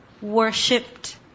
worshipped